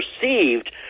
perceived